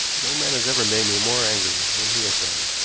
no man has ever made me more angry than he has done.